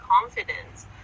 confidence